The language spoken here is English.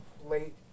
Late